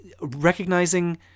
recognizing